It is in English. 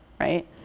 right